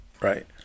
Right